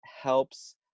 helps